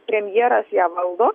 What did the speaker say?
premjeras ją valdo